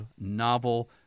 novel